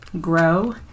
grow